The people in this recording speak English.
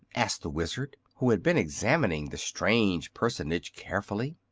asked the wizard, who had been examining the strange personage carefully.